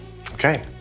Okay